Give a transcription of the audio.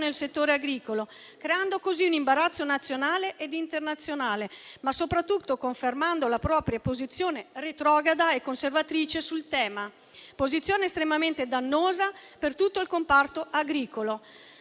settore agricolo, creando così un imbarazzo nazionale ed internazionale, ma soprattutto confermando la propria posizione retrograda e conservatrice sul tema: una posizione estremamente dannosa per tutto il comparto agricolo.